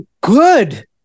good